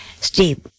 Steve